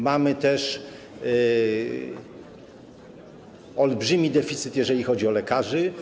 Mamy też olbrzymi deficyt, jeżeli chodzi o lekarzy.